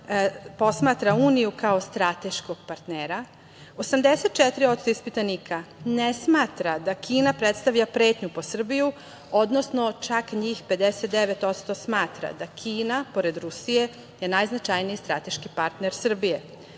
posmatra Uniju kao strateškog partnera, 84% ispitanika ne smatra da Kina predstavlja pretnju po Srbiju, odnosno čak njih 59% smatra da Kina, pored Rusije je najznačajniji strateški partner Srbije. Prema